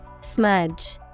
Smudge